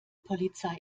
polizei